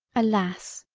alas!